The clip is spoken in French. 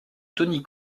tony